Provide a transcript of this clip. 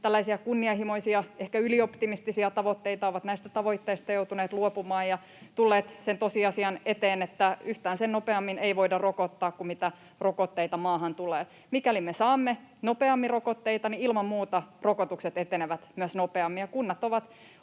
kunnianhimoisia, ehkä ylioptimistisia tavoitteita, ovat näistä tavoitteista joutuneet luopumaan ja tulleet sen tosiasian eteen, että yhtään sen nopeammin ei voida rokottaa kuin mitä rokotteita maahan tulee. Mikäli me saamme nopeammin rokotteita, niin ilman muuta rokotukset myös etenevät nopeammin, ja kunnat ovat